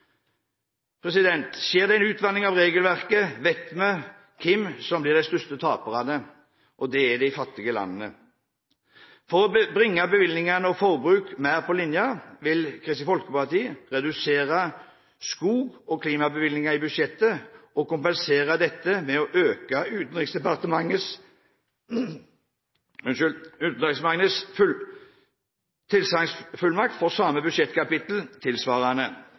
Skjer det en utvanning av regelverket, vet vi hvem som blir de største taperne. Det er de fattige landene. For å bringe bevilgningene og forbruk mer på linje vil Kristelig Folkeparti redusere bevilgningen til klima- og skogsatsing i budsjettet og kompensere dette med å øke Utenriksdepartementets tilsagnsfullmakt for samme budsjettkapittel tilsvarende.